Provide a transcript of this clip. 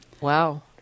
Wow